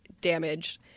damaged